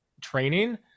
training